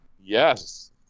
Yes